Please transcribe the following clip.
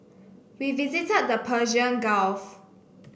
we visited the Persian Gulf